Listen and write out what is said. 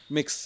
Mix